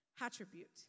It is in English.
attribute